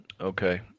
okay